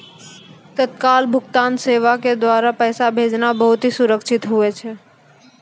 तत्काल भुगतान सेवा के द्वारा पैसा भेजना बहुत ही सुरक्षित हुवै छै